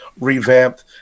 revamped